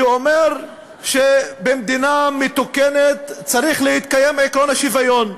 שאומר שבמדינה מתוקנת צריך להתקיים עקרון השוויון.